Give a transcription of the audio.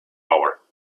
power